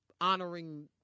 honoring